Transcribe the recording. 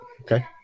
Okay